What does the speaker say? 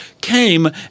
came